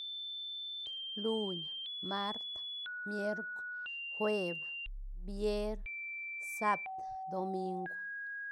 Luñ, mart, mierk, jueb, vier, saab, domiug.